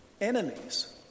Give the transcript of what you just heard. enemies